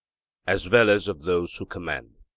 as well as of those who command